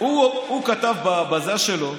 הוא כתב בזה שלו,